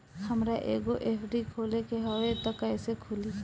हमरा एगो एफ.डी खोले के हवे त कैसे खुली?